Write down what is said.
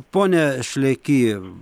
pone šleky